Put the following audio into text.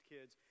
Kids